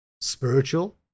Spiritual